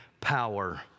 power